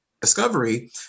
Discovery